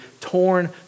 torn